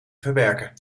verwerken